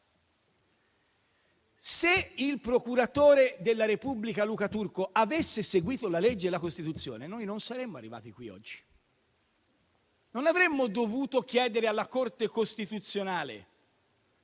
Se il procuratore della Repubblica Luca Turco avesse seguito la legge e la Costituzione, noi non saremmo arrivati qui oggi, non avremmo dovuto chiedere alla Corte costituzionale